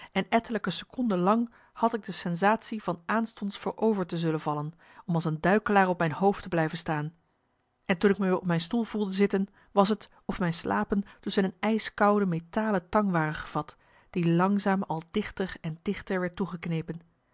en ettelijke seconden lang had ik de sensatie van aanstonds voorover te zullen vallen om als een duikelaar op mijn hoofd te blijven staan en toen ik me weer op mijn stoel voelde zitten was t of mijn slapen tusschen een ijskoude metalen tang waren gevat die langzaam al dichter en dichter werd toegeknepen